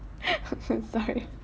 okay sorry